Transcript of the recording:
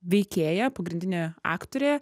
veikėja pagrindinė aktorė